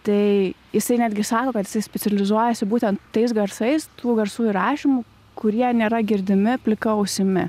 tai jisai netgi sako kad jisai specializuojasi būtent tais garsais tų garsų įrašymu kurie nėra girdimi plika ausimi